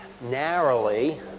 narrowly